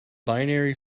binary